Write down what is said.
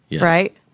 right